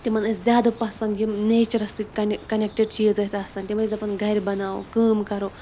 تِمن ٲسۍ زایادٕ پسند یِم نیچُرس سۭتۍ کینٚک کنیٚکٹِڈ چیٖز ٲسۍ آسان تِم ٲسۍ دَپان گرِ بَناوو کٲم کرَرو